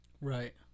Right